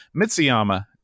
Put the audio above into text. Mitsuyama